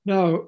Now